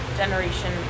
generation